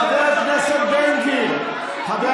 חבר הכנסת בן גביר, שב,